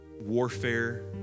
warfare